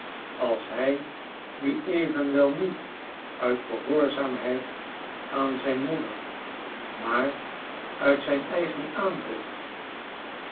als hij nu evenwel niet uit gehoorzaamheid aan zijn moeder maar uit eigen aandrift